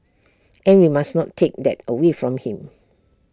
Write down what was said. and we must not take that away from him